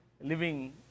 living